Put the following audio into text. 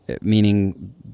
meaning